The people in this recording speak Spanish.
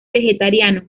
vegetariano